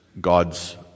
God's